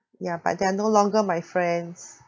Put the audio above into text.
ya but they are no longer my friends